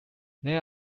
there